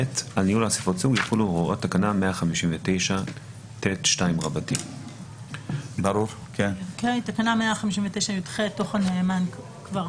על ניהול אסיפות הסוג יחולו הוראות תקנה 159ט2". תקנה 159יח כבר תוקנה